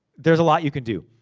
there's a lot you can do.